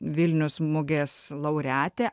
vilniaus mugės laureatė